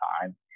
time